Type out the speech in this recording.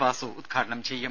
വാസു ഉദ്ഘാടനം ചെയ്യും